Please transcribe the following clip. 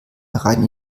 herein